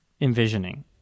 envisioning